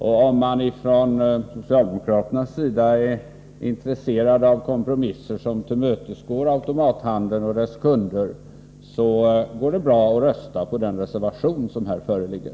Om socialdemokraterna är intresserade av kompromisser som tillmötesgår automathandelns och dess kunders önskemål går det bra att rösta på den reservation som här föreligger.